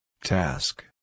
Task